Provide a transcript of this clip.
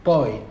Poi